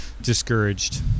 discouraged